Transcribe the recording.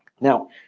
Now